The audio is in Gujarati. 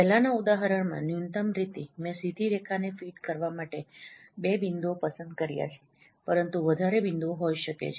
પહેલાનાં ઉદાહરણમાં ન્યૂનતમ રીતે મેં સીધી રેખાને ફીટ કરવા માટે બે બિંદુઓ પસંદ કર્યા છે પરંતુ વધારે બિંદુઓ હોઈ શકે છે